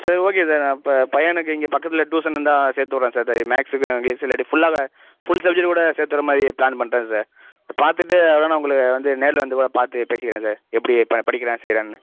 சரி okay sir நான் இப்போ பையனுக்கு இங்கே பக்கத்தில் டியூசன் இருந்தால் சேர்த்துவுட்றேன் சார் டெ மேக்ஸுக்கும் இங்கிலீஷுக்கு இல்லாட்டி ஃபுல்லா ஃபுல் சப்ஜெக்ட் கூட சேர்த்துவுட்ற மாதிரி பிளான் பண்ணுறேன் சார் பார்த்துட்டு வேணால் நான் உங்களுக்கு வந்து நேரில் வந்து கூட பார்த்து பேசிக்கிறேன் சார் எப்படி ப படிக்கிறான் செய்கிறான்னு